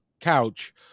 couch